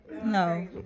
No